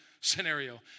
scenario